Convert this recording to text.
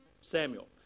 Samuel